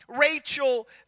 Rachel